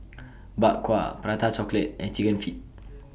Bak Kwa Prata Chocolate and Chicken Feet